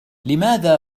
لماذا